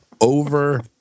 over